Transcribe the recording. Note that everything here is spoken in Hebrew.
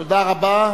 תודה רבה.